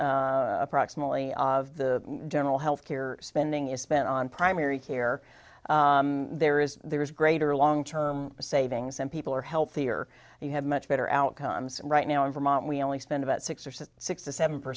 percent approximately of the general health care spending is spent on primary care there is there is greater long term savings and people are healthier you have much better outcomes right now in vermont we only spend about six percent six to seven per